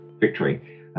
victory